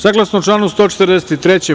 Saglasno članu 143.